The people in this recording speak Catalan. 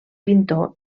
pintor